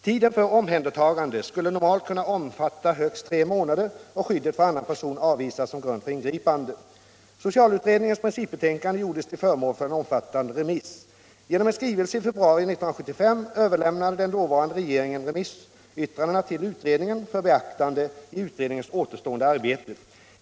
Tiden för omhändertagande skulle normalt kunna omfatta högst tre månader och skyddet för annan person avvisades som grund för ingripande. Socialutredningens principbetänkande gjordes till föremål för en omfattande remiss. Genom en skrivelse i februari 1975 överlämnade den dåvarande regeringen remissyttrandena till utredningen för beaktande i utredningens återstående arbete.